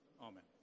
Amen